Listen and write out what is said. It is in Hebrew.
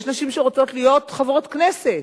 יש נשים שרוצות להיות חברות כנסת,